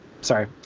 sorry